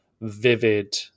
vivid